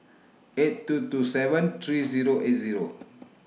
eight two two seven three Zero eight Zero